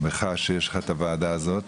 בך שיש לך את הוועדה הזאת,